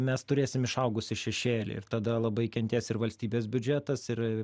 mes turėsim išaugusį šešėlį ir tada labai kentės ir valstybės biudžetas ir